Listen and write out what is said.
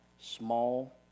small